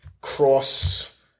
cross